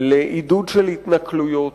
לעידוד של התנכלויות,